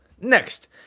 next